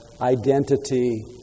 identity